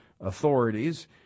authorities